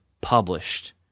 published